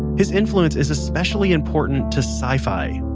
his influence is especially important to sci-fi.